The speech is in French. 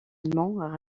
allemands